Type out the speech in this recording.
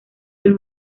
del